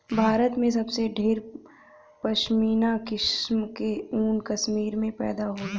भारत में सबसे ढेर पश्मीना किसम क ऊन कश्मीर में पैदा होला